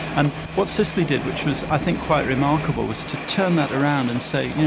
and what cicely did, which was i think quite remarkable, was to turn that around and say, you know,